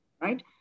right